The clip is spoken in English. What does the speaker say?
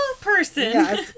person